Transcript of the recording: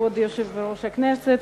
כבוד יושב-ראש הכנסת,